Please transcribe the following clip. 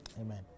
Amen